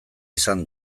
izan